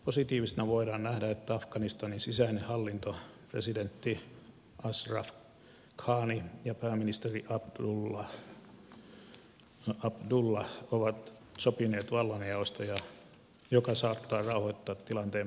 positiivisena voidaan nähdä että afganistanin sisäinen hallinto presidentti ashraf ghani ja pääministeri abdullah abdullah ovat sopineet vallanjaosta mikä saattaa rauhoittaa tilanteen paikallisesti